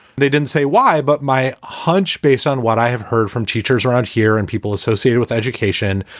they didn't say why, but my hunch, based on what i have heard from teachers around here and people associated with education,